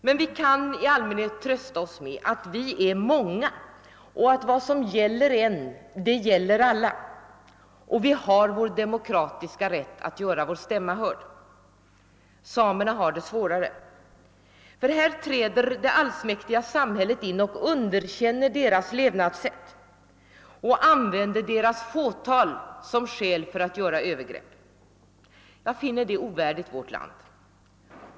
Men vi kan i allmänhet trösta oss med att vi är många, att vad som gäller en gäller alla, och vi har vår demokratiska rätt att göra vår stämma hörd. Samerna har det svårare. Här träder det allsmäktiga samhället in, underkänner deras levnadssätt och använder deras fåtal som skäl för att göra Övergrepp. Jag finner det ovärdigt vårt land.